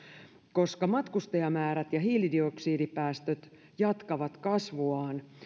koska matkustajamäärät ja hiilidioksidipäästöt jatkavat kasvuaan